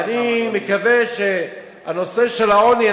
ואני מקווה שהנושא של העוני,